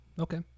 okay